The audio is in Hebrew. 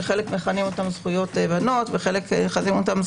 שחלק מכנים אותן זכויות בנות או נגזרות,